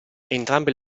entrambe